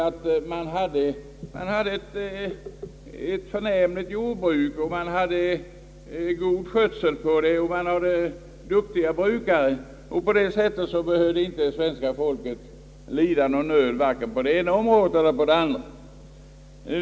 Detta beror på att vi hade fått ett förnämligt jordbruk, som sköttes bra av duktiga jordbrukare. Därför behövde inte svenska folket lida någon nöd på något område.